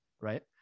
right